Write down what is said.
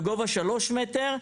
בגובה שלושה מטרים,